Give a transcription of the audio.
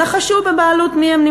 נחשו בבעלות מי הן,